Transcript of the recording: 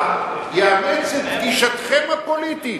אתם רוצים שראש הממשלה יאמץ את גישתכם הפוליטית.